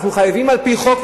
אנחנו חייבים על-פי חוק,